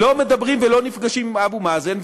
לא מדברים ולא נפגשים עם אבו מאזן.